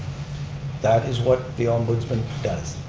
that is what the ombudsman does.